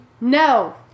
No